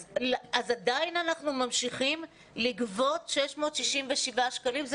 אז עדיין אנחנו ממשיכים לגבות 667 שקלים וזה